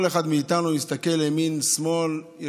כל אחד מאיתנו יסתכל ימינה ושמאלה,